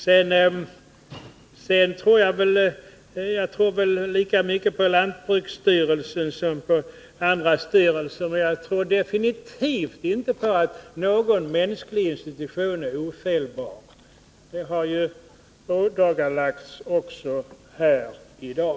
Slutligen, Einar Larsson: Jag tror lika mycket på lantbruksstyrelsen som på andra styrelser, och jag tror definitivt inte på att någon mänsklig institution är ofelbar — det har ju ådagalagts också här i dag.